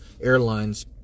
Airlines